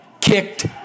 Kicked